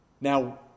Now